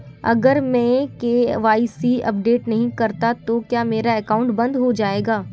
अगर मैं KYC update नहीं करता तो क्या मेरा अकाउंट बंद हो जाएगा?